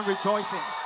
Rejoicing